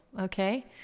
Okay